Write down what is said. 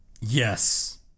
Yes